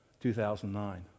2009